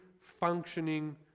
functioning